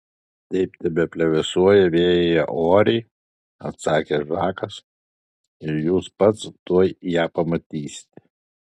taip tebeplevėsuoja vėjyje oriai atsakė žakas ir jūs pats tuoj ją pamatysite